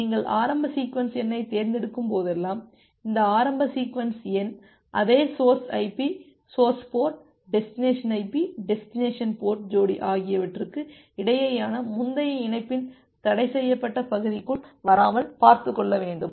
நீங்கள் ஆரம்ப சீக்வென்ஸ் எண்ணைத் தேர்ந்தெடுக்கும்போதெல்லாம் இந்த ஆரம்ப சீக்வென்ஸ் எண் அதே source IP source port destination IP destination port ஜோடி ஆகியவற்றுக்கு இடையேயான முந்தைய இணைப்பின் தடைசெய்யப்பட்ட பகுதிக்குள் வராமல் பார்த்துக் கொள்ள வேண்டும்